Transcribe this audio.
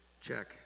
Check